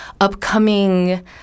upcoming